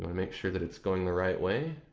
make sure that it's going the right way